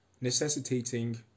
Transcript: necessitating